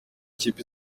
kipe